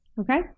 Okay